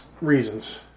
reasons